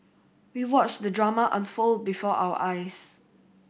we watched the drama unfold before our eyes